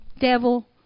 devil